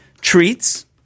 treats